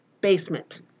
Basement